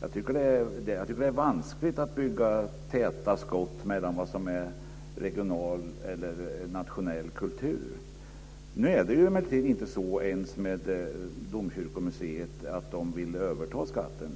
Jag tycker att det är vanskligt att bygga täta skott mellan vad som är regional eller nationell kultur. Nu är det emellertid inte så ens med Domkyrkomuseet att de vill överta skatten.